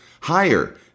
higher